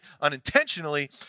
unintentionally